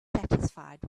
satisfied